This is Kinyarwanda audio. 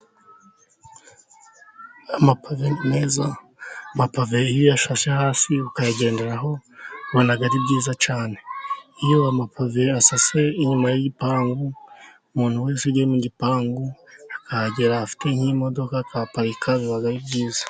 Amapave meza amapave iyo uyashashe hasi ukayagenderaho ubona ari byiza cyane, iyo amapave asase inyuma y'igipangu umuntu wese ugiye mu gipangu akahagera afite nk'imodoka akahaparika biba ari byiza.